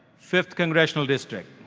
fifth congressional district.